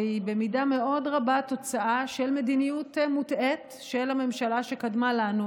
והיא במידה מאוד רבה תוצאה של מדיניות מוטעית של הממשלה שקדמה לנו,